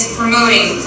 promoting